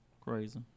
Crazy